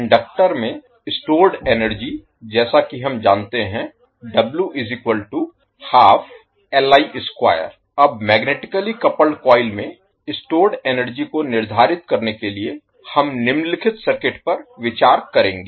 inductor में stored energy जैसा कि हम जानते हैं अब मैग्नेटिकली कपल्ड कॉइल में स्टोर्ड एनर्जी को निर्धारित करने के लिए हम निम्नलिखित सर्किट पर विचार करेंगे